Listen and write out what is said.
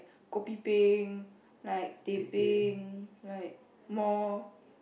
kopi peng like teh peng like more